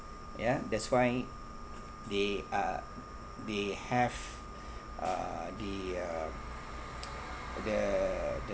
ya that's why they uh they have uh the uh the the